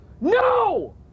No